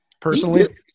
Personally